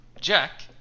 Jack